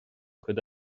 cuid